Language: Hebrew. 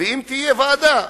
ואם תהיה ועדה,